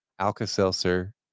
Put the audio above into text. Alka-Seltzer